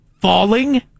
Falling